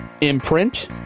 Imprint